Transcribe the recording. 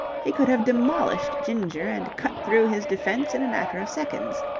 he could have demolished ginger and cut through his defence in a matter of seconds.